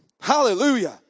Hallelujah